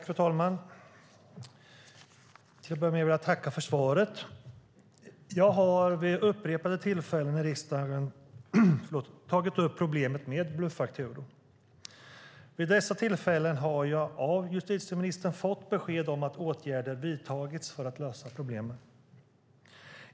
Fru talman! Till att börja med vill jag tacka för svaret. Jag har vid upprepade tillfällen i riksdagen tagit upp problemet med bluffakturor. Vid dessa tillfällen har jag av justitieministern fått besked om att åtgärder har vidtagits för att lösa problemen.